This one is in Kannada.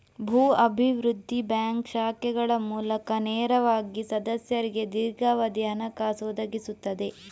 ಭೂ ಅಭಿವೃದ್ಧಿ ಬ್ಯಾಂಕ್ ಶಾಖೆಗಳ ಮೂಲಕ ನೇರವಾಗಿ ಸದಸ್ಯರಿಗೆ ದೀರ್ಘಾವಧಿಯ ಹಣಕಾಸು ಒದಗಿಸುತ್ತದೆ